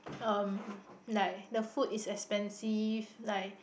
um like the food is expensive like